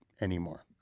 anymore